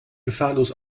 gefahrlos